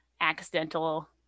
accidental